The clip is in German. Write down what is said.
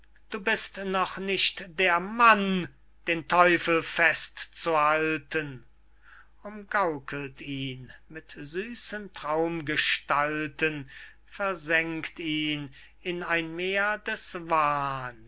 du bist noch nicht der mann den teufel fest zu halten umgaukelt ihn mit süßen traumgestalten versenkt ihn in ein meer des wahns